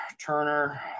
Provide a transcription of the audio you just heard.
Turner